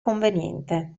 conveniente